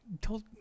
told